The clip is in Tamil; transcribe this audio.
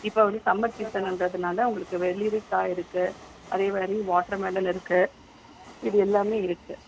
இப்போ வந்து சம்மர் சீசன்றதுனால உங்களுக்கு வெள்ளரிக்காய் இருக்குது அதேமாதிரி வாட்டர்மெலன் இருக்குது இது எல்லாம் இருக்குது